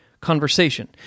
conversation